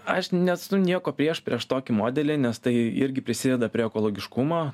aš nesu nieko prieš prieš tokį modelį nes tai irgi prisideda prie ekologiškumo